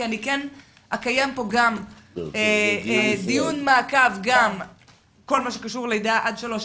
כי אני אקיים פה דיון מעקב גם על כל מה שקשור ללידה עד שלוש.